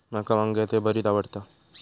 माका वांग्याचे भरीत आवडता